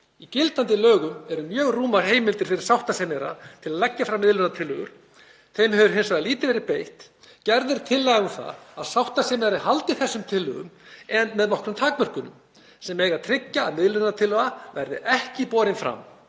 „Í gildandi lögum eru mjög rúmar heimildir fyrir sáttasemjara til að setja fram miðlunartillögur. Þeim hefur hins vegar lítið verið beitt. Gerð er tillaga um að sáttasemjari haldi þessum heimildum en með nokkrum takmörkunum sem eiga að tryggja að miðlunartillaga verði ekki borin fram